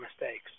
mistakes